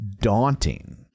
daunting